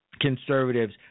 conservatives